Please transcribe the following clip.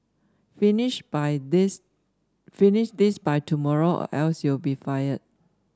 finish by this finish this by tomorrow or else you'll be fired